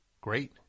Great